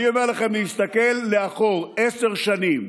אני אומר לכם, להסתכל לאחור, עשר שנים,